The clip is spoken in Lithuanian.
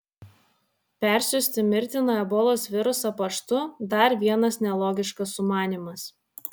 persiųsti mirtiną ebolos virusą paštu dar vienas nelogiškas sumanymas